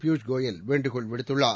பியூஷ் கோயல் வேண்டுகோள் விடுத்துள்ளார்